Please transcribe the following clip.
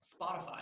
Spotify